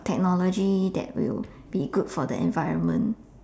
technology that will be good for the environment